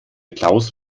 klaus